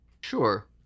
sure